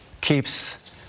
keeps